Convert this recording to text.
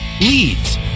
Leads